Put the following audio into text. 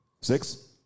Six